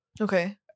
Okay